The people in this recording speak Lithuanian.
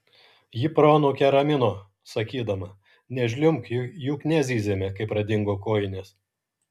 ji proanūkę ramino sakydama nežliumbk juk nezyzėme kai pradingo kojinės